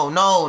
no